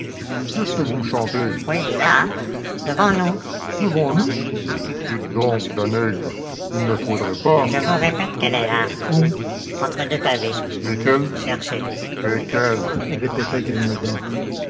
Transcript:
là qu'est-ce que vous me chantez oui là devant nous devant nous dites donc danègre il ne faudrait pas je vous répète qu'elle est là où entre deux pavés lesquels cherchez lesquels répéta grimaudan